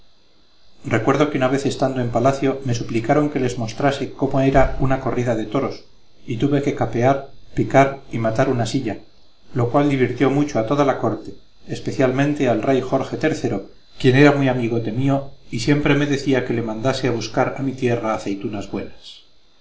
recuerdo que una vez estando en palacio me suplicaron que les mostrase cómo era una y tuve que capear picar y matar una silla lo cual divirtió mucho a toda la corte especialmente al rey jorge iii quien era muy amigote mío y siempre me decía que le mandase a buscar a mi tierra aceitunas buenas